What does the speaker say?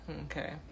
Okay